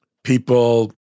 People